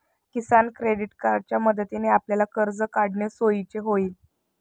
किसान credit कार्डच्या मदतीने आपल्याला कर्ज काढणे सोयीचे होईल